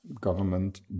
government